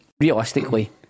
Realistically